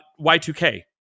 Y2K